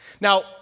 Now